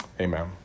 Amen